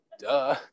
Duh